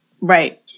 right